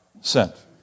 sent